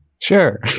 Sure